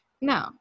No